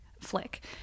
flick